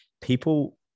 People